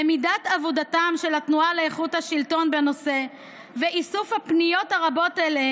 למידת עבודתה של התנועה לאיכות השלטון בנושא ואיסוף הפניות הרבות אליה